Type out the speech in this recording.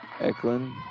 Eklund